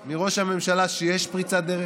מראש הממשלה שיש פריצת דרך,